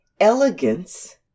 elegance